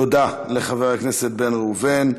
תודה לחבר הכנסת בן ראובן.